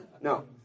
No